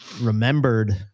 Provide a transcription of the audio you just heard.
remembered